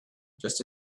just